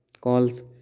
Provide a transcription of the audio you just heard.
calls